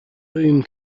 boom